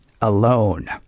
alone